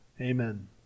Amen